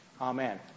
Amen